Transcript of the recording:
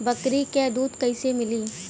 बकरी क दूध कईसे मिली?